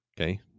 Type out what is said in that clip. okay